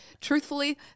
truthfully